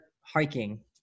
hiking